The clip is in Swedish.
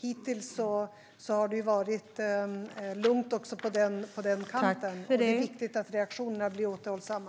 Hittills har det varit lugnt på den kanten, men det är viktigt att reaktionerna blir återhållsamma.